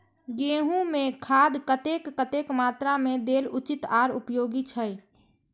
गेंहू में खाद कतेक कतेक मात्रा में देल उचित आर उपयोगी छै?